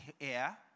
air